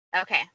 Okay